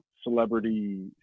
celebrity